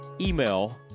email